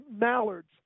mallards